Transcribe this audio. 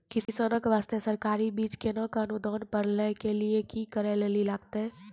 किसान के बास्ते सरकारी बीज केना कऽ अनुदान पर लै के लिए की करै लेली लागतै?